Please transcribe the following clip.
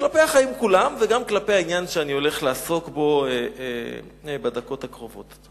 כלפי החיים כולם וגם כלפי העניין שאני הולך לעסוק בו בדקות הקרובות.